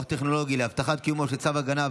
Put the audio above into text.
טכנולוגי להבטחת קיומו של צו הגנה,